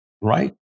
right